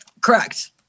correct